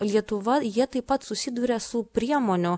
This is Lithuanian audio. lietuva jie taip pat susiduria su priemonių